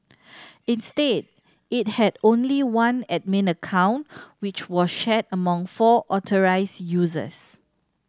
instead it had only one admin account which was shared among four authorised users